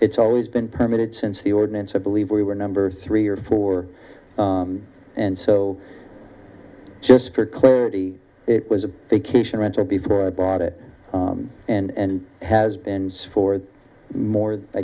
it's always been permitted since the ordinance i believe we were number three or four and so just for clarity it was a vacation rental before i bought it and has been for more i